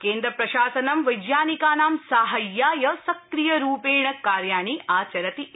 केन्द्र प्रशासनं वझानिकानां साहाय्याय सक्रियरूपेण कार्याणि आचरति इति